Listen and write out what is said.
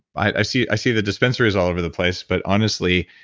i see i see the dispensaries all over the place, but, honestly,